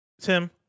Tim